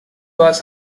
was